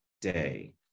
day